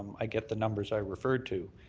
i get the numbers i refered to.